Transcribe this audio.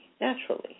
naturally